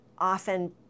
often